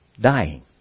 dying